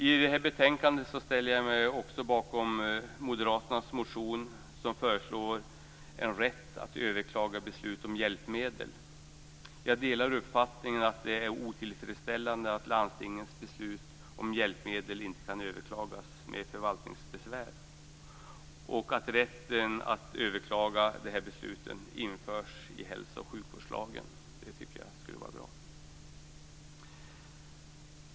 I detta betänkande ställer jag mig också bakom moderaternas motion som föreslår en rätt att överklaga beslut om hjälpmedel. Jag delar uppfattningen att det är otillfredsställande att landstingens beslut om hjälpmedel inte kan överklagas med förvaltningsbesvär. Rätten att överklaga de här besluten bör införas i hälso och sjukvårdslagen. Det tycker jag skulle vara bra.